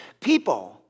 people